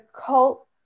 cult